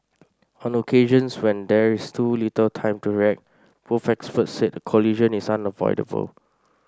on occasions when there is too little time to react both experts said a collision is unavoidable